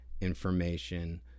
information